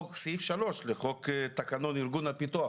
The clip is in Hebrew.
על פי סעיף 3 לתקנות הארגון והפיתוח